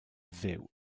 dduw